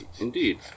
Indeed